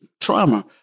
trauma